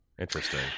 Interesting